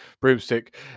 broomstick